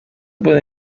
puede